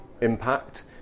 impact